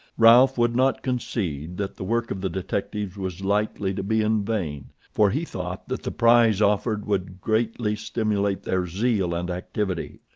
ralph would not concede that the work of the detectives was likely to be in vain, for he thought that the prize offered would greatly stimulate their zeal and activity.